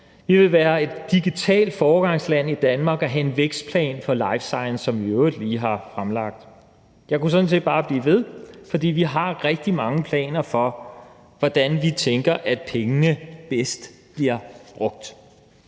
vi vil være et digitalt foregangsland i Danmark og have en vækstplan for life science, som vi i øvrigt lige har fremlagt. Jeg kunne sådan set bare blive ved, for vi har rigtig mange planer for, hvordan vi tænker at pengene bedst bliver brugt.